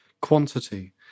quantity